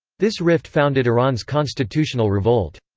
this rift founded iran's constitutional revolt.